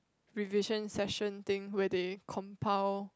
revision session thing where they compile